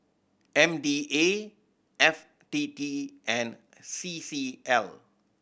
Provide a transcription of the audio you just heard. M D A F T T and C C L